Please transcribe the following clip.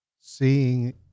seeing